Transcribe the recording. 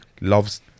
loves